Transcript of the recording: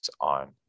on